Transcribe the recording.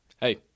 hey